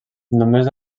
només